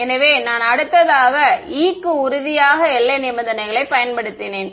எனவே நான் அடுத்ததாக E க்கு உறுதியான எல்லை நிபந்தனைகளைப் பயன்படுத்தினேன்